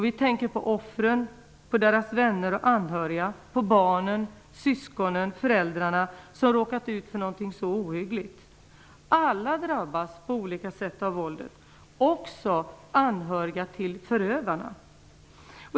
Vi tänker på offren, på deras vänner och anhöriga, på barnen, på syskonen och föräldrarna som har råkat ut för någonting så ohyggligt. Alla drabbas på olika sätt av våldet, också anhöriga till förövarna.